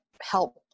help